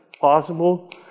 possible